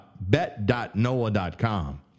bet.noah.com